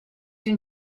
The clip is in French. une